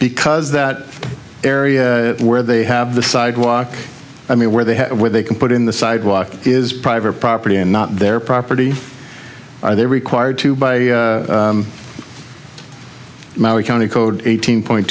because that area where they have the sidewalk i mean where they where they can put in the sidewalk is private property and not their property are they required to buy maui county code eighteen point